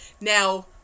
Now